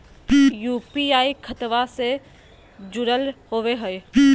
UPI खतबा से जुरल होवे हय?